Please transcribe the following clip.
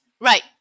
right